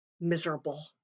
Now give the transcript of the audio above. miserable